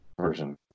version